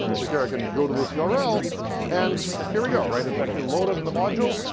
so here i can go to this yeah url and here we go. right, it's actually loaded in the module.